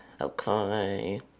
Okay